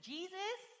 Jesus